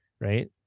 right